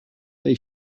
they